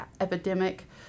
epidemic